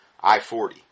I-40